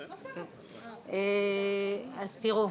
תראו,